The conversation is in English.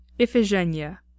Iphigenia